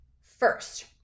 first